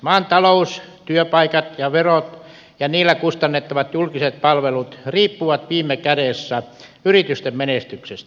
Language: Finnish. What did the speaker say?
maan talous työpaikat ja verot ja niillä kustannettavat julkiset palvelut riippuvat viime kädessä yritysten menestyksestä